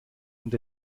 und